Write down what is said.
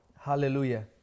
Hallelujah